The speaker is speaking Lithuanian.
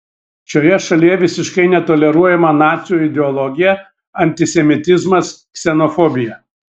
šioje šalyje visiškai netoleruojama nacių ideologija antisemitizmas ksenofobija